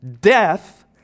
Death